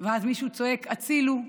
ואז מישהו צועק: הצילו,